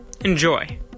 Enjoy